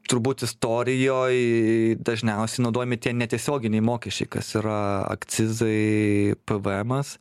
turbūt istorijoj dažniausiai naudojami tie netiesioginiai mokesčiai kas yra akcizai pvmas